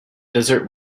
desert